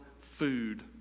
food